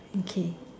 okay